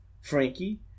Frankie